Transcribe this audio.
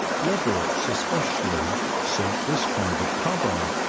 leverets especially seek this kind of cover,